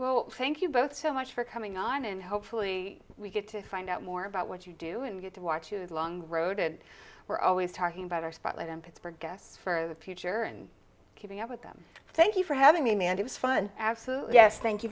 well thank you both so much for coming on and hopefully we get to find out more about what you do and get to watch is a long road and we're always talking about our spotlight in pittsburgh guests for the future and keeping up with them thank you for having me and it was fun absolutely yes thank you